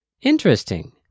Interesting